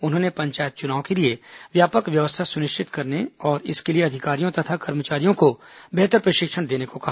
उन्होंने पंचायत चुनाव के लिए व्यापक व्यवस्था सुनिश्चित करने और इसके लिए अधिकारियों तथा कर्मचारियों को बेहतर प्रशिक्षण देने को कहा